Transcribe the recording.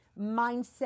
mindset